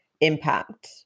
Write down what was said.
impact